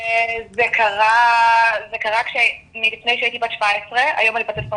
זה קרה לפני שהייתי בת 17, היום אני בת 26,